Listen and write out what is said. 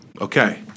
Okay